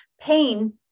pain